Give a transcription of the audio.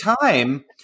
time